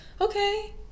okay